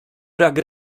brak